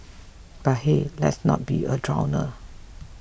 but hey let's not be a downer